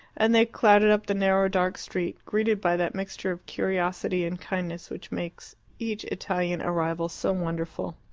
and they clattered up the narrow dark street, greeted by that mixture of curiosity and kindness which makes each italian arrival so wonderful.